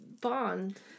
bond